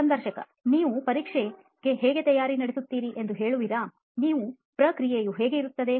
ಸಂದರ್ಶಕ ನೀವು ಪರೀಕ್ಷೆಗೆ ಹೇಗೆ ತಯಾರಿ ನಡೆಸುತ್ತಿರಿ ಎಂದು ಹೇಳುವಿರಾ ನಿಮ್ಮ ಪ್ರಕ್ರಿಯೆಯು ಹೇಗೆ ಇರುತ್ತದೆ